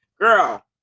Girl